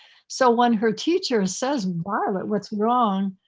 so when her teacher says, violet, what's wrong,